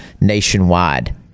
nationwide